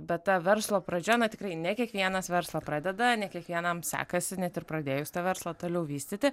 bet ta verslo pradžia na tikrai ne kiekvienas verslą pradeda ne kiekvienam sekasi net ir pradėjus tą verslą toliau vystyti